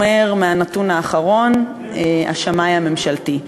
אומר מהנתון האחרון השמאי הממשלתי.